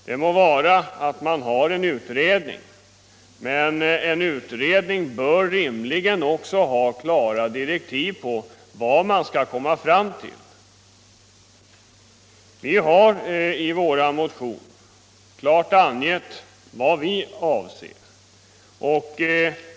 Det må vara att man har en utredning, men en utredning bör rimligen också ha klara direktiv om vad man skall komma fram till. Vi har i vår motion klart angett vad vi avser.